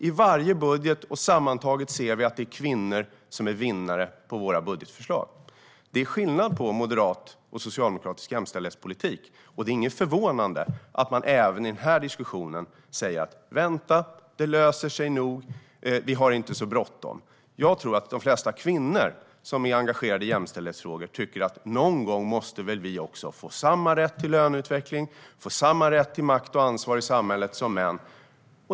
I varje budget har vi haft sådana förslag, och sammantaget ser vi att det är kvinnor som är vinnare på våra budgetförslag. Det är skillnad på moderat och socialdemokratisk jämställdhetspolitik, och det är inte förvånande att man även i den här diskussionen säger: Vänta, det löser sig nog, vi har inte så bråttom. Jag tror att de flesta kvinnor som är engagerade i jämställdhetsfrågor tycker att de någon gång också måste få samma rätt till löneutveckling, makt och ansvar som män.